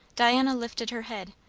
diana lifted her head,